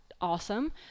awesome